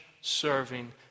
Serving